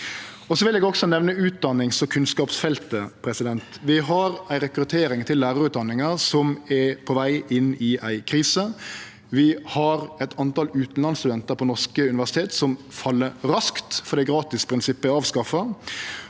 Eg vil også nemne utdannings- og kunnskapsfeltet. Vi har ei rekruttering til lærarutdanninga som er på veg inn i ei krise. Vi har eit antal utanlandsstudentar på norske universitet som fell raskt, fordi gratisprinsippet er avskaffa.